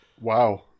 Wow